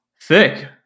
thick